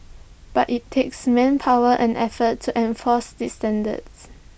but IT takes manpower and effort to enforce these standards